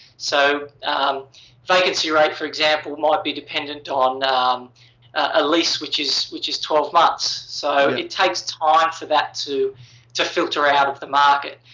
so um vacancy rate, for example, might be dependent on um a lease which is which is twelve months. so, it takes time for that to to filter out of the market.